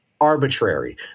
arbitrary